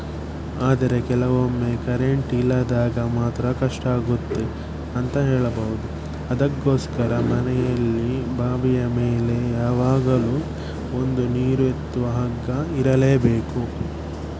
ಆದರೆ ಕೆಲವೊಮ್ಮೆ ಕರೆಂಟ್ ಇಲ್ಲದಾಗ ಮಾತ್ರ ಕಷ್ಟ ಆಗುತ್ತೆ ಅಂತ ಹೇಳಬಹುದು ಅದಕ್ಕೋಸ್ಕರ ಮನೆಯಲ್ಲಿ ಬಾವಿಯ ಮೇಲೆ ಯಾವಾಗಲೂ ಒಂದು ನೀರು ಎತ್ತುವ ಹಗ್ಗ ಇರಲೇಬೇಕು